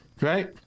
Right